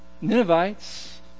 Ninevites